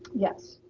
yes.